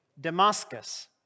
Damascus